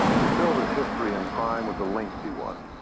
desilva's history in crime was a lengthy one.